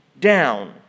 down